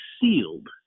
sealed